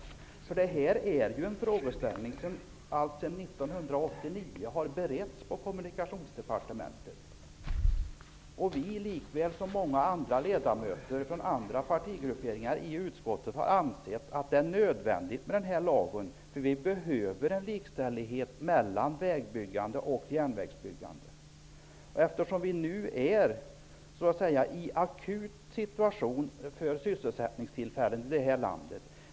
Denna fråga har alltsedan 1989 beretts på Kommunikationsdepartementet. Vi socialdemokratiska ledamöter liksom många andra ledamöter från andra partigrupperingar i utskottet har ansett att lagen är nödvändig. Vi behöver likställighet mellan vägbyggande och järnvägsbyggande. Vi nu befinner oss i en akut situation när det gäller sysselsättningstillfällen i detta land.